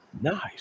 Nice